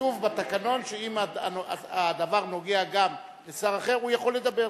כתוב בתקנון שאם הדבר נוגע גם לשר אחר הוא יכול לדבר.